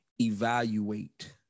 evaluate